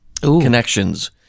connections